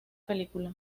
película